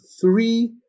three